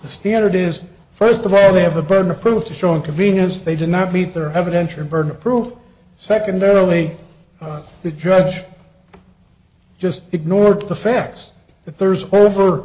the standard is first of all they have the burden of proof to show inconvenience they did not meet their evidence or burden of proof secondarily the judge just ignored the facts that there's over